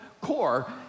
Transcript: core